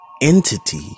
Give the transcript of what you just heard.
entity